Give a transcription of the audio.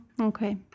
Okay